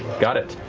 got it.